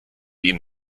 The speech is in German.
ihnen